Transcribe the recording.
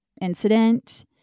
incident